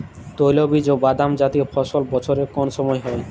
তৈলবীজ ও বাদামজাতীয় ফসল বছরের কোন সময় হয়?